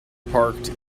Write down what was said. parked